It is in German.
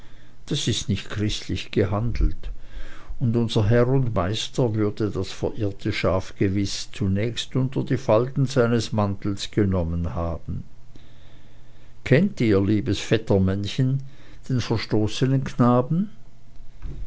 dies ist nicht christlich gehandelt und unser herr und meister würde das verirrte schaf gewiß zunächst unter die falten seines mantels genommen haben kennt ihr liebes vettermännchen den verstoßenen knaben